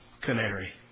canary